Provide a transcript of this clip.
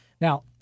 Now